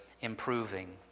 improving